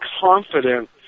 confident